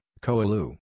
Koalu